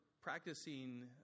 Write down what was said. practicing